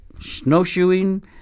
snowshoeing